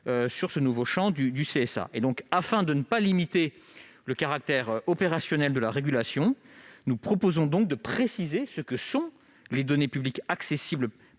faire l'objet de contrôles. Afin de ne pas limiter le caractère opérationnel de la régulation, nous proposons de préciser ce que sont les données publiques accessibles